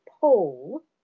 pole